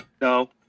No